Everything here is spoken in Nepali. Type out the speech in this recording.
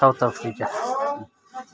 south Africa